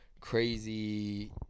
crazy